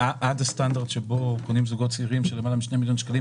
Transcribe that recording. עד סטנדרט שבו קונים זוגות צעירים בלמעלה מ-2 מיליון שקלים,